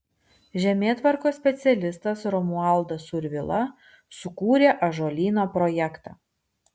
žemėtvarkos specialistas romualdas survila sukūrė ąžuolyno projektą